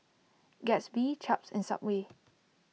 Gatsby Chaps and Subway